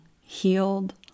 healed